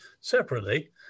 separately